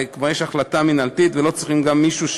הרי כבר יש החלטה מינהלתית ולא צריכים מישהו,